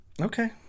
Okay